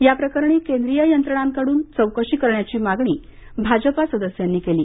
याप्रकरणी केंद्रीय यंत्रणांकडून चौकशी करण्याची मागणी भाजपा सदस्यांनी केली